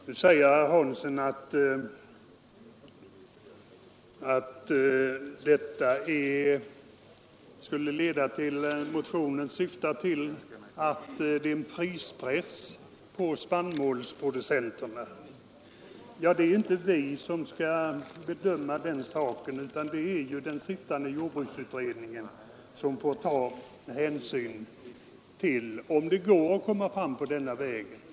Nu säger herr Hansson i Skegrie att motionen syftar till att åstadkomma en prispress på spannmålsproducenterna. Det är inte vi som skall bedöma den saken, utan det är den sittande jordbruksutredningen som får ta ställning till om det går att komma fram på denna väg.